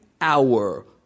hour